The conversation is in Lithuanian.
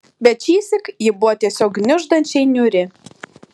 bet šįsyk ji buvo tiesiog gniuždančiai niūri